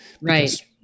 Right